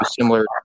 similar